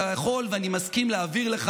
אתה יכול, ואני מסכים להעביר לך